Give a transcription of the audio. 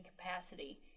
capacity